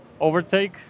overtake